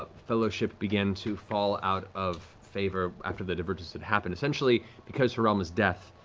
ah fellowship began to fall out of favor after the divergence had happened essentially, because her realm is death,